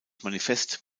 manifest